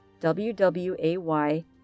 WWAY